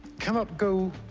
cannot go